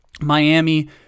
Miami